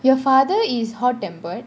your father is hot tempered